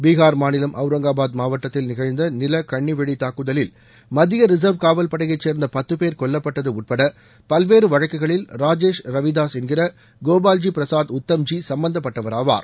பீகார் மாநிலம் அவுரங்காபாத் மாவட்டத்தில் நிகழ்ந்த நில கண்ணிவெடி தாக்குதலில் மத்திய ரிசர்வ் காவல் படையைச் சேர்ந்த பத்து பேர் கொல்லப்பட்டது உட்பட பல்வேறு வழக்குகளில் ராஜேஷ் ரவிதாஸ் என்கிற கோபால்ஜி பிரசாத் உத்தம்ஜி சம்பந்தப்பட்டவர் ஆவார்